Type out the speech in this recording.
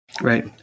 Right